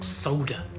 soda